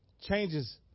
Changes